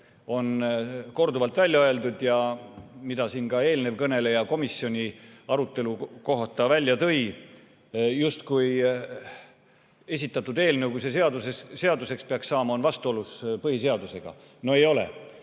on korduvalt välja öeldud ja mida ka eelnev kõneleja siin komisjoni arutelu kohta välja tõi, justkui oleks esitatud eelnõu, kui see seaduseks peaks saama, vastuolus põhiseadusega. No ei ole.